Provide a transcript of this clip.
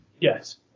Yes